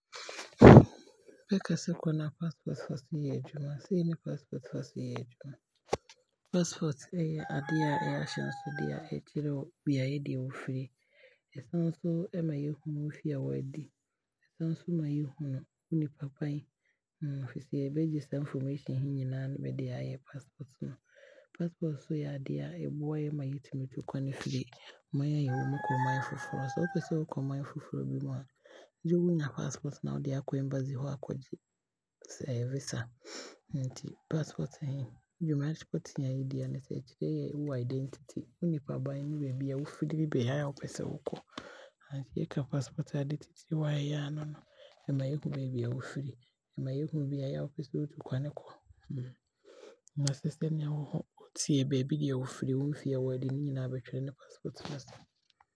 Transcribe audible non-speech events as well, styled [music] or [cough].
Sɛ yɛka sɛ passport a, passport ɛkyerɛ [hesitation] ɛma Yɛhu [hesitation] baabi a nipa no firi, ɛma Yɛhu wo dini [hesitation] ɛma Yɛhu abere a yɛwoo wo nti, na mmom nadeɛ titire paa passport ɛyɛ ne sɛ passport deɛ yɛde tu kwane. Bia wopɛsɛ wokɔ baabi anaa wotu kwane firi mane bi mu aakɔ mane foforɔ bi mu a, tesɛ yɛmfa no sɛ wowɔ [hesitation] Ghana ha yi, sɛ ebia yɛɛtu kwane aakɔ abrokyire anaasɛ kuro nkuro a ɛkeka ho a, yɛbɛboa sɛ yɛwɔ passport na yɛde passport no aakɔgye bisa ɛwɔ embassy na yɛagyina saa [hesitation] wobɛgyina saa [hesitation] yɛ passport no so na ɔmo aatumi de bisa aabɔ mu ama yɛn ama yɛatumi de aatu kwane. Nti yɛka passport a ne ade titire a ɛyɛ aa ne sɛ abɛboa yɛn aama yɛanya kwane. Ɛno bɛboa yɛn aama yɛatumi aatu kwane. [hesitation] Nti ɛno ne yɛde kɔ embassy hɔ a, bɛyɛ interview to to yɛano no wia a na afei bɛde visa no aabɔ saa [hesitation] saa passport no mu. [laughs]